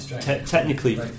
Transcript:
Technically